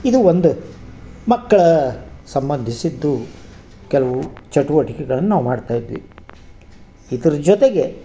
ಇದು ಒಂದು ಮಕ್ಕಳ ಸಂಬಂಧಿಸಿದ್ದು ಕೆಲವು ಚಟುವಟಿಕೆಗಳನ್ನು ನಾವು ಮಾಡ್ತಾ ಇದ್ವಿ ಇದರ ಜೊತೆಗೆ